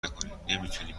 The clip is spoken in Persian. نکنین، نمیتونین